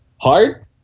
hard